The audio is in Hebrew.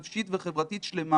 נפשית וחברתית שלמה